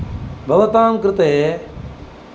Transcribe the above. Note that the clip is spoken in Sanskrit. भवतां कृते